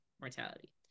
mortality